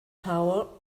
tower